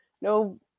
no